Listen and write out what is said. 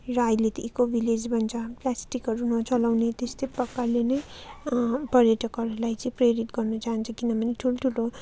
र अहिले त इको भिलेज भन्छ प्लास्टिकहरू नजलाउने त्यस्तै प्रकारले नै पर्यटकहरूलाई चाहिँ प्रेरित गर्नु चाहन्छु किनभने ठुल्ठुलो